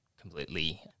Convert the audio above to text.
completely